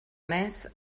més